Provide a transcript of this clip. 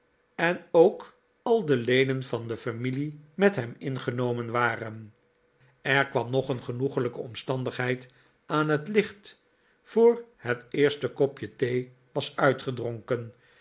en ook al de leden van de familie met hem ingenomen waren er kwam nog een genoeglijke omstandigheid aan het licht voor het eerste kopje thee was uitgedronken